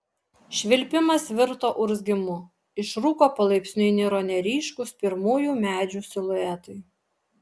švilpimas virto urzgimu iš rūko palaipsniui niro neryškūs pirmųjų medžių siluetai